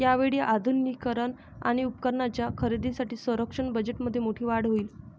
यावेळी आधुनिकीकरण आणि उपकरणांच्या खरेदीसाठी संरक्षण बजेटमध्ये मोठी वाढ होईल